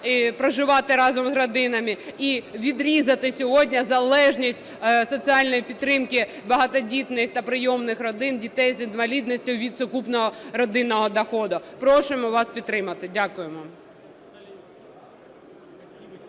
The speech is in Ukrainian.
проживати разом з родиною, і відрізати сьогодні залежність соціальної підтримки багатодітних та прийомних родин, дітей з інвалідністю від сукупного родинного доходу. Просимо вас підтримати. Дякуємо.